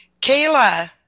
Kayla